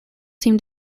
seem